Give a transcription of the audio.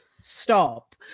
Stop